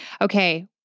Okay